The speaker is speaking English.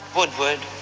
Woodward